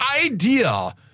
idea